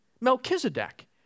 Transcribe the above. Melchizedek